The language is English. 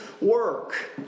work